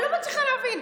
אני לא מצליחה להבין.